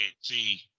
see